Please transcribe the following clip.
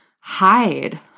hide